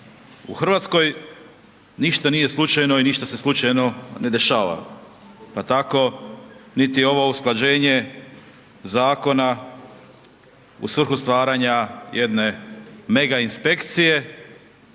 U Hrvatskoj ništa nije slučajno i ništa se slučajno ne dešava pa tako niti ovo usklađenje zakona u svrhu stvaranja jedne mega inspekcije